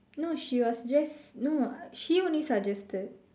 no she was just no she only suggested